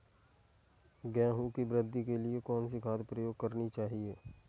गेहूँ की वृद्धि के लिए कौनसी खाद प्रयोग करनी चाहिए?